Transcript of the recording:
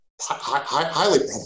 highly